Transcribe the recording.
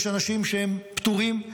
יש אנשים שהם פטורים,